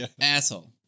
asshole